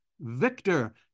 Victor